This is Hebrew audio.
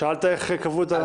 שאלת איך קבעו.